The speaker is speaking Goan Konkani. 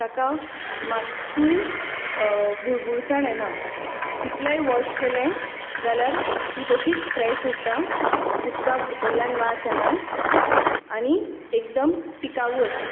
ताका मात्तूय बुळबूळसाण येना कितलेंय वॉश केलें जाल्यार ती तशीच फ्रेश उरता उदकाक भितरल्यान वास येना आनी एकदम टिकावू आसा